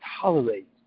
tolerate